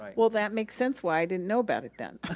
well, that makes sense why i didn't know about it then.